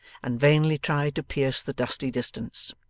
and vainly tried to pierce the dusty distance.